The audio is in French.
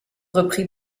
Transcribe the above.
reprit